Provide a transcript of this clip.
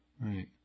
Right